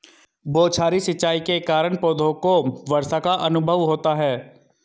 बौछारी सिंचाई के कारण पौधों को वर्षा का अनुभव होता है